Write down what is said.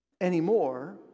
anymore